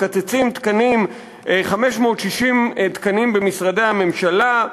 מקצצים 560 תקנים במשרדי הממשלה,